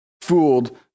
fooled